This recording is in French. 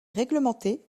réglementé